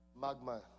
magma